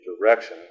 direction